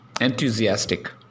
enthusiastic